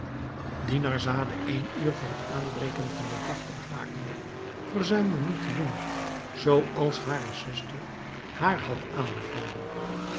dinarzade een uur vr het aanbreken van den dag ontwakende verzuimde niet te doen zoo als hare zuster haar had aanbevolen